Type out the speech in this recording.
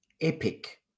epic